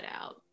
out